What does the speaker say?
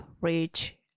reach